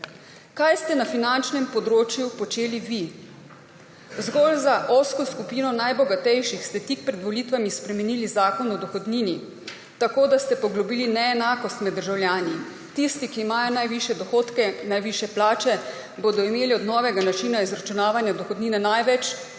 Kaj ste na finančnem področju počeli vi? Zgolj za ozko skupino najbogatejših ste tik pred volitvami spremenili Zakon o dohodnini tako, da ste poglobili neenakost med državljani. Tisti, ki imajo najvišje dohodke, najvišje plače, bodo imeli od novega načina izračunavanja dohodnine največ,